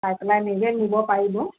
চাই পেলাই নিজে নিব পাৰিব